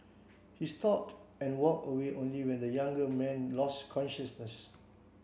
he stopped and walked away only when the younger man lost consciousness